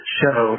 show